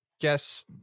guess